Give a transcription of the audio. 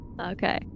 Okay